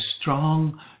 strong